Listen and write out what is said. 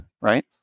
right